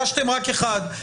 איישתם רק אחד,